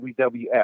WWF